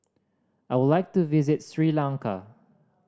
I would like to visit Sri Lanka